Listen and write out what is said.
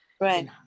right